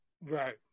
Right